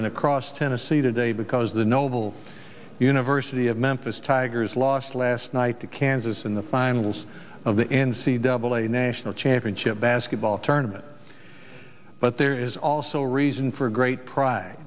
and across tennessee today because the noble university of memphis tigers lost last night to kansas in the finals of the n c double a national championship basketball tournament but there is also a reason for great pr